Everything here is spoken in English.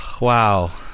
Wow